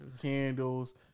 candles